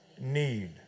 need